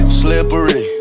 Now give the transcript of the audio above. slippery